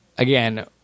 Again